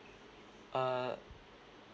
uh